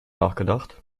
nachgedacht